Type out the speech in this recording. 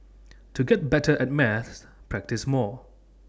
to get better at maths practise more